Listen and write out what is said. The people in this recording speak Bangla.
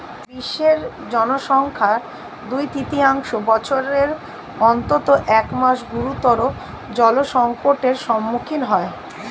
বিশ্বের জনসংখ্যার দুই তৃতীয়াংশ বছরের অন্তত এক মাস গুরুতর জলসংকটের সম্মুখীন হয়